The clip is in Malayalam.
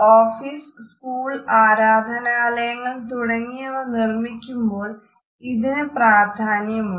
ഓഫീസ് സ്ക്കൂൾ ആരാധനാലയങ്ങൾ തുടങ്ങിയവ നിർമ്മിക്കുമ്പോൾ ഇതിന് പ്രാധാന്യമുണ്ട്